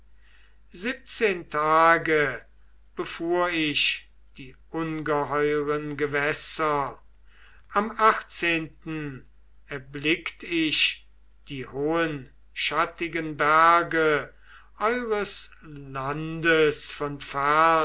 siebzehn tage befuhr ich die ungeheuren gewässer am achtzehnten erblickt ich die hohen schattigen berge eures landes von